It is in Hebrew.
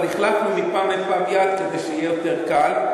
החלפנו מפעם לפעם יד כדי שיהיה יותר קל.